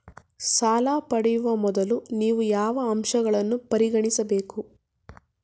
ಸಾಲ ಪಡೆಯುವ ಮೊದಲು ನೀವು ಯಾವ ಅಂಶಗಳನ್ನು ಪರಿಗಣಿಸಬೇಕು?